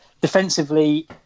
defensively